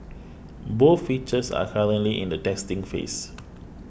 both features are currently in the testing phase